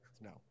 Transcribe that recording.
No